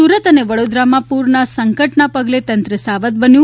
સુરત અને વડોદરામાં પુરના સંકટના પગલે તંત્ર સાવધ બન્યું